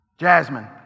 jasmine